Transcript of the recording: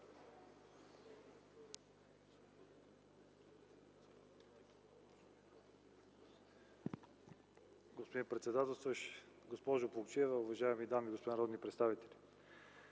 Господин председателстващ, госпожо Плугчиева, уважаеми дами и господа народни представители!